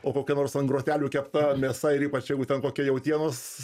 o kokia nors ant grotelių kepta mėsa ir ypač jeigu ten kokia jautienos